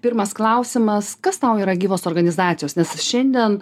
pirmas klausimas kas tau yra gyvos organizacijos nes šiandien